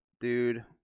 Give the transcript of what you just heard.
Dude